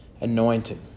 anointed